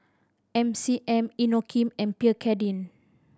M C M Inokim and Pierre Cardin